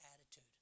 attitude